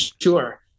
sure